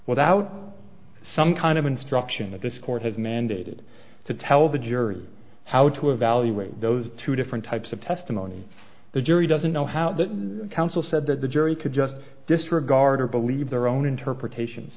without some kind of instruction that this court has mandated to tell the jury how to evaluate those two different types of testimony the jury doesn't know how the counsel said that the jury could just disregard or believe their own interpretations